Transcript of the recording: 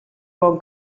bon